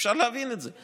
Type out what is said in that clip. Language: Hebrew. אפשר להבין את זה.